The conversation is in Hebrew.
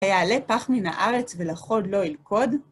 שיעלה פח מן הארץ ולחוד לא ילכוד?